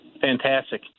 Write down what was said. Fantastic